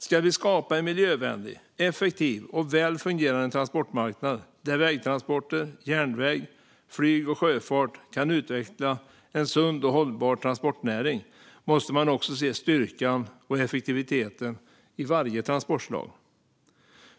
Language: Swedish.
Ska man skapa en miljövänlig, effektiv och väl fungerande transportmarknad där vägtransporter, järnväg, flyg och sjöfart kan utveckla en sund och hållbar transportnäring måste man också se styrkan och effektiviteten i varje transportslag.